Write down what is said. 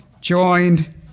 joined